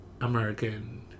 American